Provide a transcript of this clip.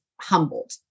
humbled